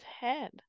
head